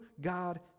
god